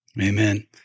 Amen